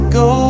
go